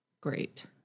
great